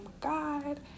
God